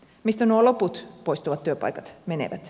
mistä nuo loput poistuvat työpaikat menevät